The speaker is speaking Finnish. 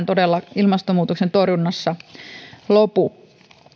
todella tähän ilmastonmuutoksen torjunnassa lopu